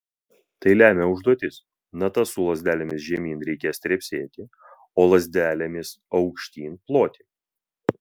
tai lemia užduotis natas su lazdelėmis žemyn reikės trepsėti o su lazdelėmis aukštyn ploti